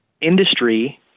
industry